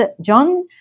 John